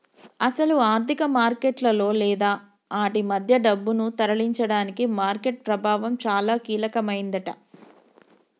అసలు ఆర్థిక మార్కెట్లలో లేదా ఆటి మధ్య డబ్బును తరలించడానికి మార్కెట్ ప్రభావం చాలా కీలకమైందట